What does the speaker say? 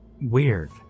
weird